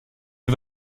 les